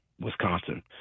Wisconsin